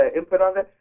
ah input on